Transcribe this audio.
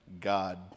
god